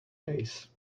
days